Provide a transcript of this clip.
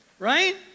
right